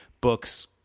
books